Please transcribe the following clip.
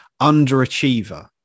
underachiever